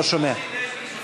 לא שומע.